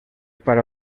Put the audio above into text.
para